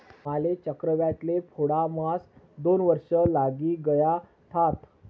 माले चक्रव्याज ले फेडाम्हास दोन वर्ष लागी गयथात